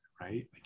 right